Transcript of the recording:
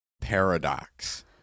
Paradox